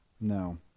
No